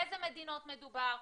מה שמוכר בעולם כמדינות ירוקות.